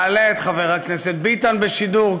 מעלה את חבר הכנסת ביטן בשידור,